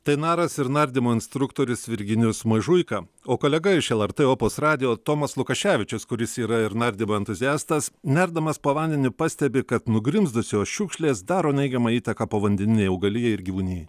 tai naras ir nardymo instruktorius virginijus mažuika o kolega iš lrt opus radijo tomas lukaševičius kuris yra ir nardymo entuziastas nerdamas po vandeniu pastebi kad nugrimzdusios šiukšlės daro neigiamą įtaką povandeninei augalijai ir gyvūnijai